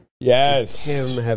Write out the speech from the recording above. Yes